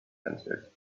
answered